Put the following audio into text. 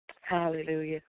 Hallelujah